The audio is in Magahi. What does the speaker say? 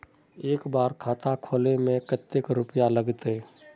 एक बार खाता खोले में कते रुपया लगते?